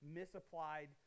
misapplied